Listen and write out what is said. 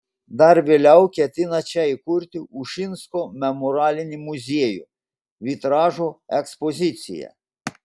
dar vėliau ketinta čia įkurti ušinsko memorialinį muziejų vitražo ekspoziciją